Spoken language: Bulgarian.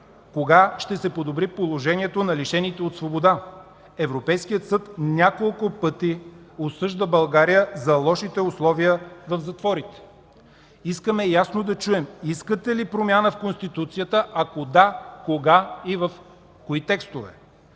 Кога ще се подобри положението на лишените от свобода? Европейският съд няколко пъти осъжда България за лошите условия в затворите. Искаме ясно да чуем искате ли промяна в Конституцията, ако „да” – кога и в кои текстове?